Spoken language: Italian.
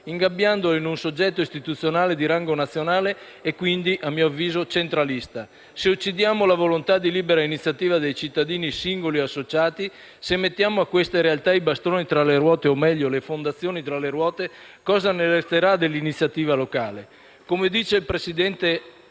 ingabbiandolo in un soggetto istituzionale di rango nazionale e quindi, a mio avviso, centralista. Se uccidiamo la volontà di libera iniziativa dei cittadini singoli e associati, se mettiamo a queste realtà i bastoni tra le ruote - o meglio le fondazioni tra le ruote - cosa resterà dell'iniziativa locale? Come dice il presidente